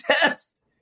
test